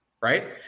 right